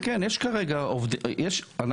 אנחנו